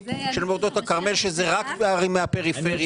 של מורדות הכרמל שאלה רק ערים מהפריפריה.